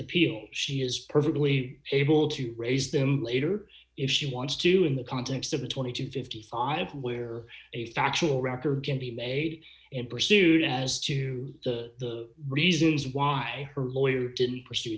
appeal she is perfectly able to raise them later if she wants to in the context of a twenty to fifty five where a factual record can be made in pursuit as to the reasons why her lawyer didn't pursue